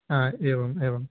हा एवम् एव